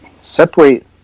separate